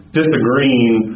disagreeing